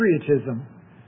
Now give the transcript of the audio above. Patriotism